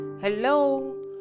hello